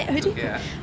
it's okay lah